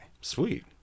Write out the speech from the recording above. Sweet